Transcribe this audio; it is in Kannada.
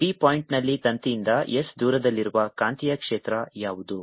P ಪಾಯಿಂಟ್ನಲ್ಲಿ ತಂತಿಯಿಂದ S ದೂರದಲ್ಲಿರುವ ಕಾಂತೀಯ ಕ್ಷೇತ್ರ ಯಾವುದು